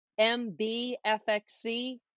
MBFXC